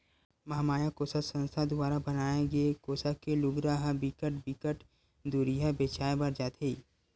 महमाया कोसा संस्था दुवारा बनाए गे कोसा के लुगरा ह बिकट बिकट दुरिहा बेचाय बर जाथे